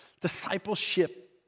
Discipleship